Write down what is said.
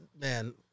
man